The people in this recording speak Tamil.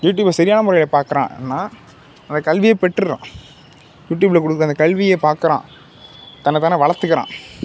யூடுப்பை சரியான முறையில் பார்க்குறான்னா அந்தக் கல்வியை பெற்றுடுறான் யூடுப்பில் கொடுக்குற அந்தக் கல்வியை பார்க்குறான் தன்னைத் தானே வளர்த்துக்கிறான்